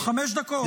חמש דקות.